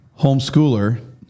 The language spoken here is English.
homeschooler